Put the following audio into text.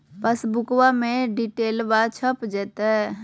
पासबुका में डिटेल्बा छप जयते?